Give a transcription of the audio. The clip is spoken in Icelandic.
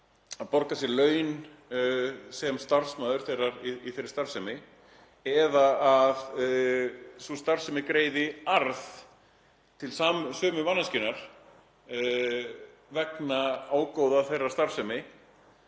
að borga sér laun sem starfsmaður í þeirri starfsemi eða að sú starfsemi greiði arð til sömu manneskjunnar vegna ágóða þeirrar starfsemi,